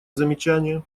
замечание